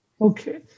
Okay